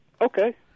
Okay